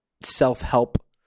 self-help